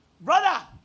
brother